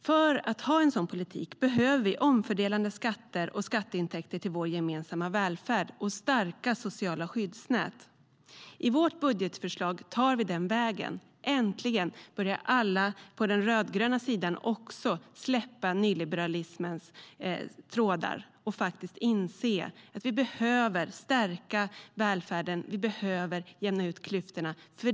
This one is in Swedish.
För att ha en sådan politik behöver vi omfördelande skatter och skatteintäkter till vår gemensamma välfärd och vårt starka sociala skyddsnät. I vårt budgetförslag tar vi den vägen. Äntligen börjar alla på den rödgröna sidan släppa nyliberalismens trådar och inse att vi behöver stärka välfärden och jämna ut klyftorna.